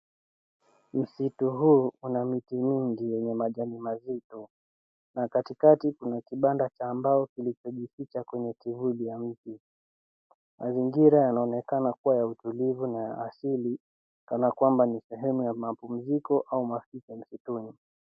Msitu huu una miti mingi yenye majani mazito na katikati kuna kibanda cha mbao kilichojificha kwenye kivuli ya mti. Mazingira yanaonekana kuwa ya utulivu na ya asili kana kwamba ni sehemu ya mapumziko au maficho msituni.